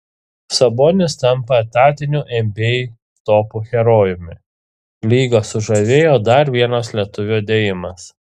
sabonis tampa etatiniu nba topų herojumi lygą sužavėjo dar vienas lietuvio dėjimas